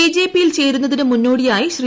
BJP യിൽ ചേരുന്നതിന് മുന്നോടിയായി ശ്രീ